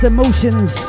Emotions